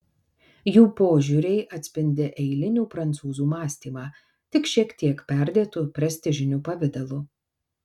jų požiūriai atspindi eilinių prancūzų mąstymą tik šiek tiek perdėtu prestižiniu pavidalu